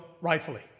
rightfully